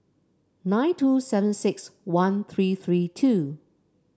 nine two seven six one three three two